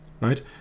right